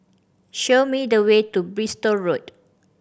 show me the way to Bristol Road